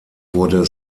wurde